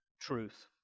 truth